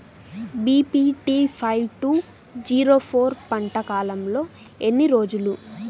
BPT five two zero four పంట కాలంలో ఎన్ని రోజులు?